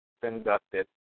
conducted